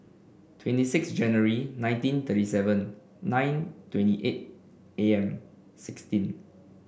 twenty six January nineteen thirty seven nine twenty eight A M sixteen